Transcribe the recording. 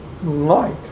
Light